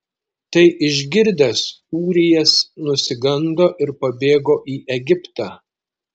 tai išgirdęs ūrijas nusigando ir pabėgo į egiptą